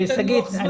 אני